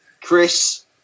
Chris